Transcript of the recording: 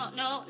no